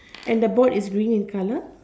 and the board is green in color